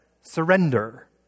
surrender